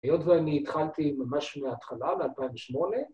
היות ואני התחלתי ממש מההתחלה, מ-2008.